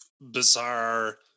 bizarre